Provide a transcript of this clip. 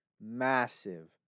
Massive